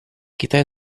китай